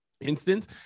instance